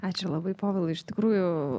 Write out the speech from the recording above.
ačiū labai povilai iš tikrųjų